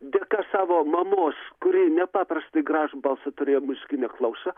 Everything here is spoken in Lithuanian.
dėka savo mamos kuri nepaprastai gražų balsą turėjo muzikinę klausą